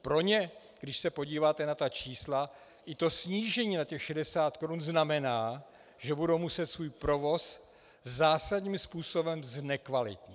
Pro ně, když se podíváte na ta čísla, i to snížení na 60 korun znamená, že budou muset svůj provoz zásadním způsobem znekvalitnit.